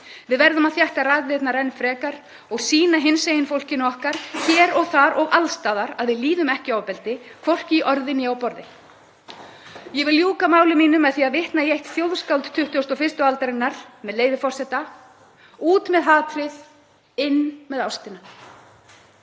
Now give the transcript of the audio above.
Við verðum að þétta raðirnar enn frekar og sýna hinsegin fólkinu okkar hér og þar og alls staðar að við líðum ekki ofbeldi, hvorki í orði né á borðið. Ég vil ljúka máli mínu með því að vitna í eitt þjóðskáld 21. aldarinnar, með leyfi forseta: Út með hatrið. Inn með ástina.